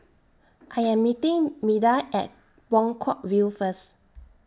I Am meeting Meda At Buangkok View First